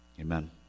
Amen